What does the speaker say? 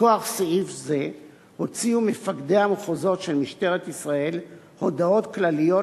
מכוח סעיף זה הוציאו מפקדי המחוזות של משטרת ישראל הודעות כלליות